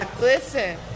listen